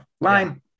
line